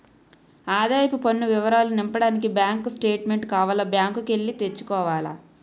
ఆదాయపు పన్ను వివరాలు నింపడానికి బ్యాంకు స్టేట్మెంటు కావాల బ్యాంకు కి ఎల్లి తెచ్చుకోవాల